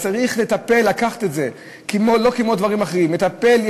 צריך לטפל, לקחת את זה, לא כמו דברים אחרים, לטפל.